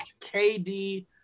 KD